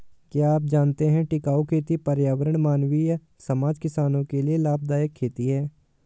क्या आप जानते है टिकाऊ खेती पर्यावरण, मानवीय समाज, किसानो के लिए लाभदायक खेती है?